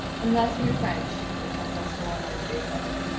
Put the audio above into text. unless we were french, which has no school on wednesdays ever.